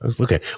Okay